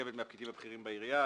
שמורכבת מהפקידים הבכירים בעירייה,